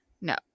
No